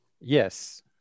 Yes